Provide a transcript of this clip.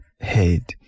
head